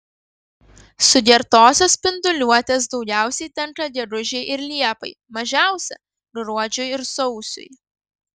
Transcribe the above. sugertosios spinduliuotės daugiausiai tenka gegužei ir liepai mažiausia gruodžiui ir sausiui